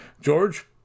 George